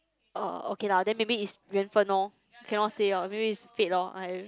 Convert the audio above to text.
oh okay lah then maybe is 缘分 lor cannot say loh maybe it's fate loh